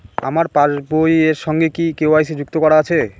আমার পাসবই এর সঙ্গে কি কে.ওয়াই.সি যুক্ত করা আছে?